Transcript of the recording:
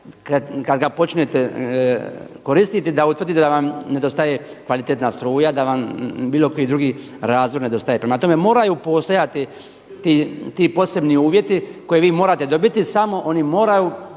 kada ga počnete koristiti da utvrdite da vam nedostaje kvalitetna struja, da vam bilo koji drugi razlog nedostaje. Prema tome, moraju postojati ti posebni uvjeti koje vi morate dobiti samo oni moraju